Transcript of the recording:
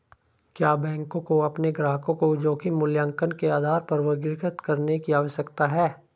क्या बैंकों को अपने ग्राहकों को जोखिम मूल्यांकन के आधार पर वर्गीकृत करने की आवश्यकता है?